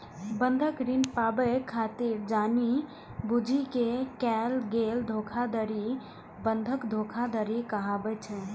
बंधक ऋण पाबै खातिर जानि बूझि कें कैल गेल धोखाधड़ी बंधक धोखाधड़ी कहाबै छै